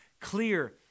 clear